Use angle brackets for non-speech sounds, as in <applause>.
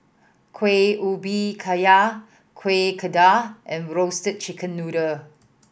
Kueh Ubi Kayu Kueh <unintelligible> and Roasted Chicken Noodle